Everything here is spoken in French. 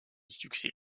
succès